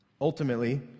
Ultimately